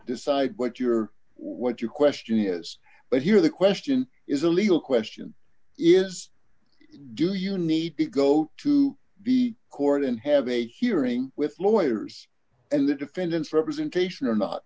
decide what your what your question is but here the question is a legal question is do you need to go to the court and have a hearing with lawyers and the defendant's representation or